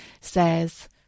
says